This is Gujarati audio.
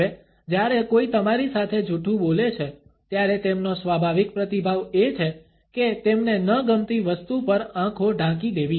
હવે જ્યારે કોઈ તમારી સાથે જૂઠું બોલે છે ત્યારે તેમનો સ્વાભાવિક પ્રતિભાવ એ છે કે તેમને ન ગમતી વસ્તુ પર આંખો ઢાંકી દેવી